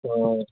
تو